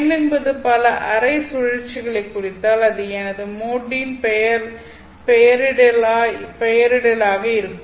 n என்பது பல அரை சுழற்சிகளைக் குறித்தால் அது எனது மொட்டின் பெயரிடலாக இருக்கும்